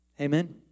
Amen